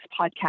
podcast